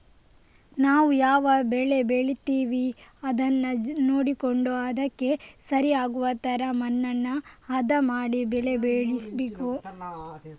ನಾವು ಯಾವ ಬೆಳೆ ಬೆಳೀತೇವೆ ಅನ್ನುದನ್ನ ನೋಡಿಕೊಂಡು ಅದಕ್ಕೆ ಸರಿ ಆಗುವ ತರ ಮಣ್ಣನ್ನ ಹದ ಮಾಡಿ ಬೆಳೆ ಬೆಳೀಬೇಕು